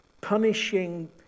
punishing